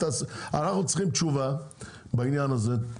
אנחנו צריכים תשובה בעניין הזה,